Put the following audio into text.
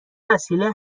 وسیله